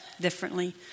differently